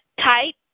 type